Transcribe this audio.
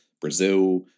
Brazil